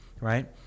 Right